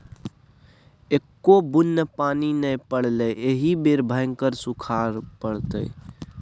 एक्को बुन्न पानि नै पड़लै एहि बेर भयंकर सूखाड़ पड़तै